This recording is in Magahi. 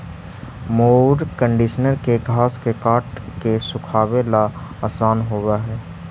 मोअर कन्डिशनर के घास के काट के सुखावे ला आसान होवऽ हई